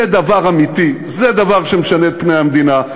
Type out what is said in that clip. זה דבר אמיתי, זה דבר שמשנה את פני המדינה.